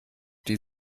die